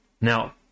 Now